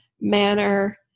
manner